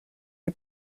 les